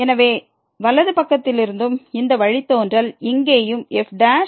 எனவே வலது பக்கத்திலிருந்தும் இந்த வழித்தோன்றல் இங்கேயும் fg′